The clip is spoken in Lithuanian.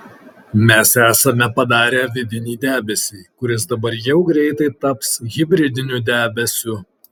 mes esame padarę vidinį debesį kuris dabar jau greitai taps hibridiniu debesiu